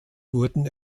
wurden